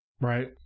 Right